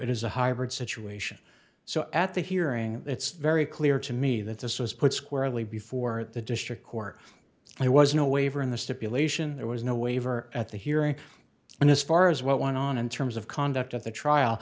is a hybrid situation so at the hearing it's very clear to me that this was put squarely before the district court there was no waiver in the stipulation there was no waiver at the hearing and as far as what went on in terms of conduct at the trial